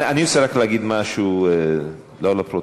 אני רוצה רק להגיד משהו לא לפרוטוקול.